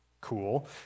Cool